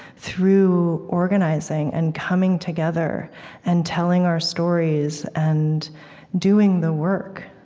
through organizing and coming together and telling our stories and doing the work,